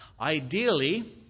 Ideally